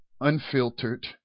unfiltered